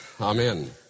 amen